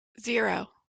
zero